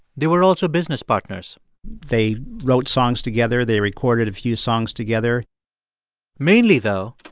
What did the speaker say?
they were also business partners they wrote songs together. they recorded a few songs together mainly, though,